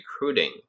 recruiting